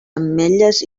ametlles